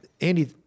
Andy